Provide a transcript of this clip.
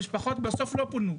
המשפחות בסוף לא פונו.